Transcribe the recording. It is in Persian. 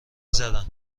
زدن